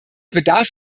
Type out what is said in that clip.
bedarf